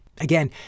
Again